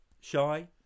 shy